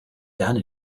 done